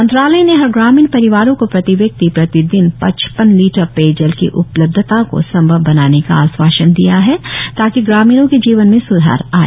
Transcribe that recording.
मंत्रालय ने हर ग्रामीण परिवारो को प्रति व्यक्ति प्रति दिन पचपन लिटर पेय जल की उपलब्धता को संभव बनाने का आश्वासन दिया है ताकि ग्रामीणो के जीवन में स्धार आए